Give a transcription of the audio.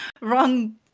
Wrong